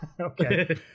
Okay